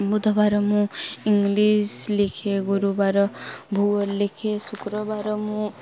ବୁଧବାର ମୁଁ ଇଂଲିଶ ଲେଖେ ଗୁରୁବାର ଭୂଗଳ ଲେଖେ ଶୁକ୍ରବାର ମୁଁ